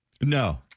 No